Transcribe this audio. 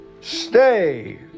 Stay